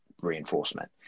reinforcement